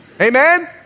Amen